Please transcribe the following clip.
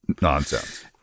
nonsense